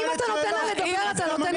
אני עוצר את הדיון.